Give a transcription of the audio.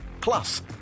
Plus